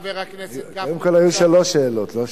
חבר הכנסת גפני, היו שלוש שאלות, לא שתיים.